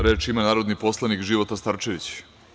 Reč ima narodni poslanik Života Starčević.